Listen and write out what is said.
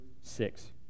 six